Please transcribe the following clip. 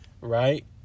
Right